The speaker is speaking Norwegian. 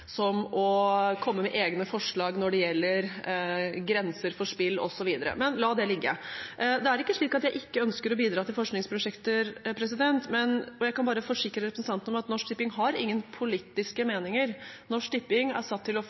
som å komme med egne forslag når det gjelder grenser for spill osv., men la det ligge. Det er ikke slik at jeg ikke ønsker å bidra til forskningsprosjekter, og jeg kan bare forsikre representanten om at Norsk Tipping har ingen politiske meninger. Norsk Tipping er satt til å